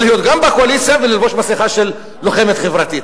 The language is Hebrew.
להיות גם בקואליציה וללבוש מסכה של לוחמת חברתית.